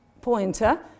pointer